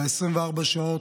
ב-24 שעות,